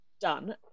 done